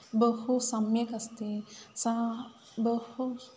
बहु सम्यक् अस्ति सा बहु